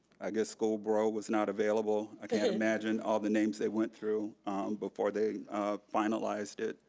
i guess school bro was not available. i can't imagine all the names they went through before they finalized it,